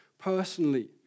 Personally